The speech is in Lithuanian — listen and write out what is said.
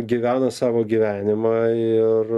gyvena savo gyvenimą ir